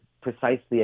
precisely